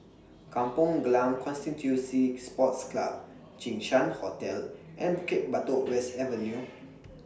Kampong Glam Constituency Sports Club Jinshan Hotel and Bukit Batok West Avenue